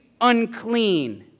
unclean